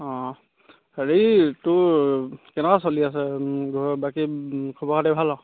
অঁ হেৰি তোৰ কেনেকুৱা চলি আছে ঘৰৰ বাকী খবৰ খাতি ভাল আৰু